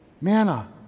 manna